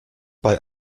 bei